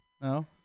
No